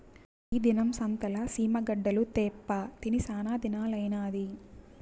ఈ దినం సంతల సీమ గడ్డలు తేప్పా తిని సానాదినాలైనాది